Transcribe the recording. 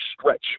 stretch